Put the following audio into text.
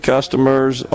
Customers